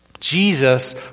Jesus